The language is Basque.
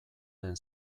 den